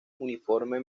uniforme